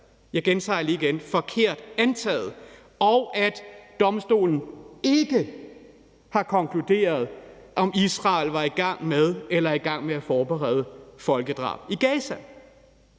jeg gentager det lige, altså forkert antaget – og at domstolen ikke har konkluderet, om Israel var i gang med eller i gang med at forberede et folkedrab i Gaza.